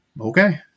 okay